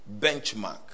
benchmark